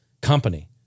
company